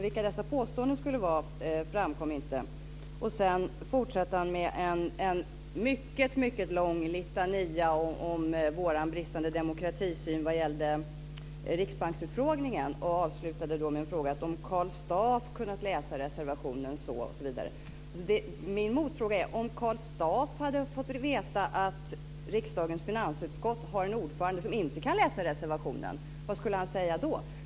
Vilka dessa påståenden skulle vara framkom inte. Sedan fortsatte han med en mycket lång litania om vår bristande demokratisyn vad gällde Riksbanksutfrågningen. Han avslutade med frågan: Om Karl Staaf kunnat läsa reservationen så ., osv. Min motfråga är: Om Karl Staaf hade fått veta att riksdagens finansutskott har en ordförande som inte kan läsa reservationen, vad skulle han ha sagt då?